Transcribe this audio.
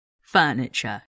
furniture